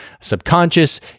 subconscious